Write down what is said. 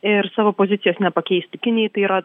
ir savo pozicijos nepakeistų kinijai tai yra